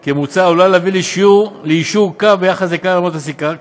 מרבית כמוצע עלולה להביא ליישור קו ביחס לכלל עמלות הסליקה,